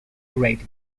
great